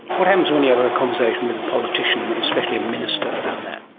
what happens when you have a conversation with a politician, especially a minister, about that?